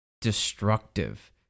destructive